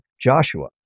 Joshua